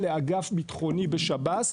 לאגף ביטחוני בשב"ס,